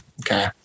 Okay